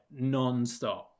nonstop